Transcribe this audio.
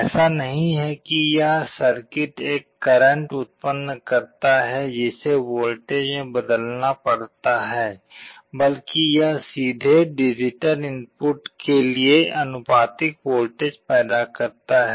ऐसा नहीं है कि यह सर्किट एक करंट उत्पन्न करता है जिसे वोल्टेज में बदलना पड़ता है बल्कि यह सीधे डिजिटल इनपुट के लिए आनुपातिक वोल्टेज पैदा करता है